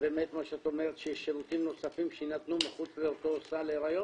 כשבאמת מה שאת אומרת שיש שירותים נוספים שיינתנו מחוץ לאותו סל הריון?